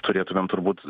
turėtumėm turbūt